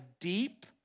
deep